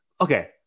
Okay